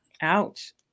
Ouch